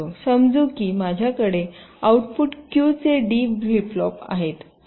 समजू की माझ्याकडे आउटपुट Q चे D फ्लिप फ्लॉप आहे